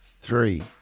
Three